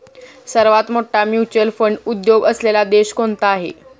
सर्वात मोठा mutual fund उद्योग असलेला देश कोणता आहे?